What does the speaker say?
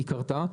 היא קרתה,